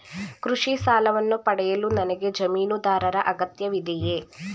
ಕೃಷಿ ಸಾಲವನ್ನು ಪಡೆಯಲು ನನಗೆ ಜಮೀನುದಾರರ ಅಗತ್ಯವಿದೆಯೇ?